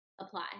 apply